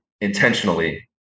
intentionally